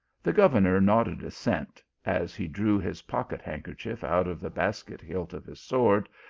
the governor nodded assent, as he drew his pock et-handkerchief out of the basket-hilt of his sword,